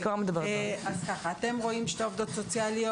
אתם רואים שתי עובדות סוציאליות.